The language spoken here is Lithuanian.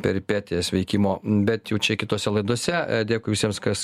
peripetijas veikimo bet jau čia kitose laidose dėkui visiems kas